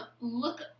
look